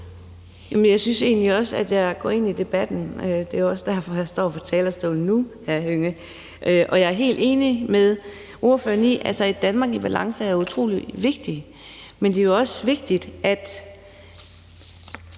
Jeg synes egentlig også, at jeg går ind i debatten. Det er også derfor, jeg står på talerstolen nu, hr. Karsten Hønge. Jeg er helt enig med ordføreren i, at et Danmark i balance er utrolig vigtigt, men det er jo også vigtigt, at